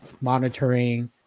monitoring